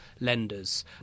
lenders